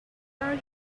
are